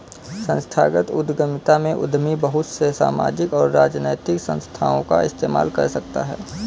संस्थागत उद्यमिता में उद्यमी बहुत से सामाजिक और राजनैतिक संस्थाओं का इस्तेमाल कर सकता है